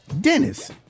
Dennis